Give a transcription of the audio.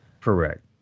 Correct